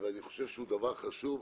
אני חושב שזה דבר חשוב.